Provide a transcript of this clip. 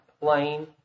plain